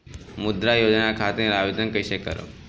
मुद्रा योजना खातिर आवेदन कईसे करेम?